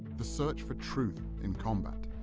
the search for truth in combat.